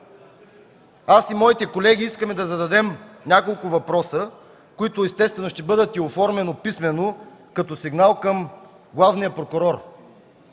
Аз и моите колеги искаме да зададем няколко въпроса, които, естествено, ще бъдат оформени и писмено като сигнал към главния прокурор.